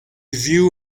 view